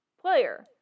Player